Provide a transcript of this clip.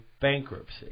bankruptcy